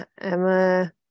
Emma